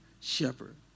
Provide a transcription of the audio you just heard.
shepherd